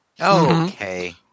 Okay